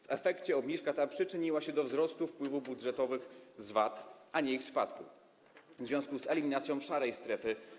W efekcie obniżka ta przyczyniła się do wzrostu wpływów budżetowych z VAT, a nie ich spadku, w związku z eliminacją szarej strefy.